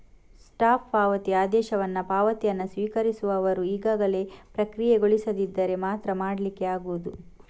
stop ಪಾವತಿ ಆದೇಶವನ್ನ ಪಾವತಿಯನ್ನ ಸ್ವೀಕರಿಸುವವರು ಈಗಾಗಲೇ ಪ್ರಕ್ರಿಯೆಗೊಳಿಸದಿದ್ದರೆ ಮಾತ್ರ ಮಾಡ್ಲಿಕ್ಕೆ ಆಗುದು